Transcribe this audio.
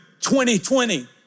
2020